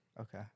Okay